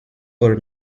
for